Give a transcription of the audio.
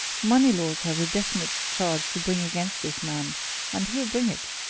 moneylaws has a definite charge to bring against this man and he'll bring it,